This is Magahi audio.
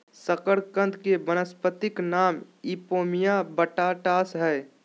शकरकंद के वानस्पतिक नाम इपोमिया बटाटास हइ